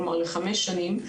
כלומר לחמש שנים.